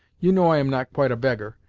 you know i am not quite a beggar,